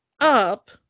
up